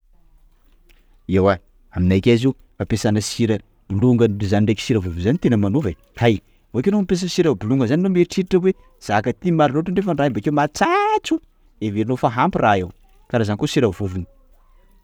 Ewa aminakay izy io fampiasana sira bolongany zany ndreka sira vovony tena manova e! hay! Bakeo nao mamipiasa sira bolongany zany anô mieritreritra hoe zaka ity maro loatra nefany raha io bakeo matsatso! Heverinao fa ampy raha io; kara zany koa sira vovony.